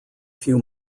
few